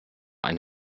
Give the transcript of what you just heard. ein